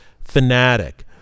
fanatic